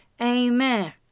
Amen